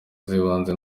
z’ibanze